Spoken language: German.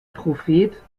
prophet